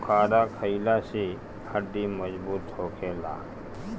आलूबुखारा खइला से हड्डी मजबूत होखेला